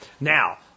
Now